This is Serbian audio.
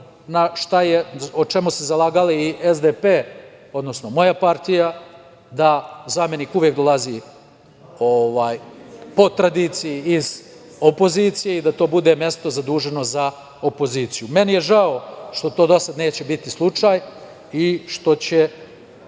za šta su se zalagali i SDPS, odnosno moja partija, da zamenik uvek dolazi po tradiciji iz opozicije i da to bude mesto zaduženo za opoziciju. Meni je žao što to do sada neće biti slučaj i što će